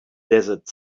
desert